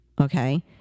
Okay